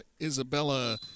Isabella